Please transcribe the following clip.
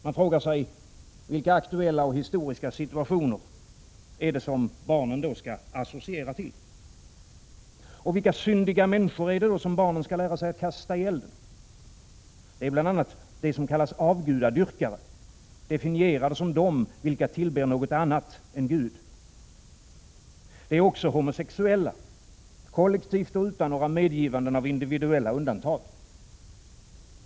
Man frågar sig: Vilka aktuella och historiska situationer är det som barnen skall associera till? Vilka syndiga människor är det som barnen skall lära sig att kasta i elden? Det är bl.a. de som kallas avgudadyrkare, definierade som de som tillber något annat än Gud. Det är också homosexuella, kollektivt och utan några medgivanden av individuella undantag.